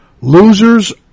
Losers